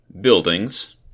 buildings